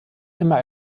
immer